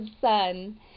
sun